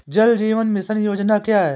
जल जीवन मिशन योजना क्या है?